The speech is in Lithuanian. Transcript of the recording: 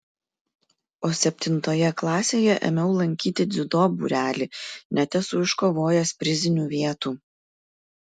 o septintoje klasėje ėmiau lankyti dziudo būrelį net esu iškovojęs prizinių vietų